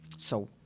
so,